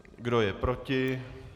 Kdo je proti?